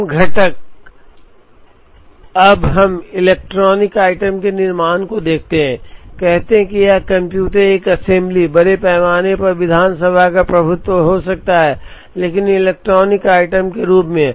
आम घटक अब हम इलेक्ट्रॉनिक आइटम के निर्माण को देखते हैं कहते हैं कि यह एक कंप्यूटर एक असेंबली बड़े पैमाने पर विधानसभा का प्रभुत्व हो सकता है लेकिन इलेक्ट्रॉनिक आइटम के रूप में